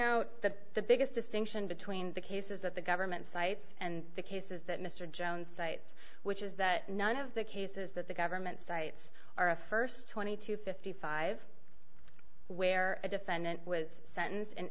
out that the biggest distinction between the cases that the government sites and the cases that mr jones cites which is that none of the cases that the government sites are a st twenty to fifty five where a defendant was sentenced in